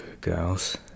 girls